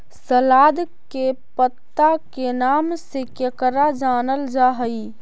सलाद के पत्ता के नाम से केकरा जानल जा हइ?